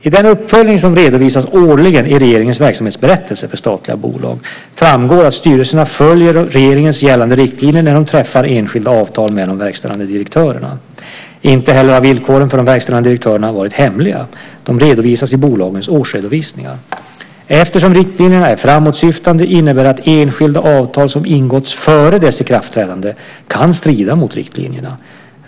I den uppföljning som redovisas årligen i regeringens verksamhetsberättelse för statliga bolag framgår att styrelserna följer regeringens gällande riktlinjer när de träffar enskilda avtal med de verkställande direktörerna. Inte heller har villkoren för de verkställande direktörerna varit hemliga. De redovisas i bolagens årsredovisningar. Eftersom riktlinjerna är framåtsyftande innebär det att enskilda avtal som ingåtts före dess ikraftträdande kan strida mot riktlinjerna.